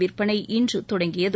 விற்பனை இன்று தொடங்கியது